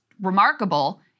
remarkable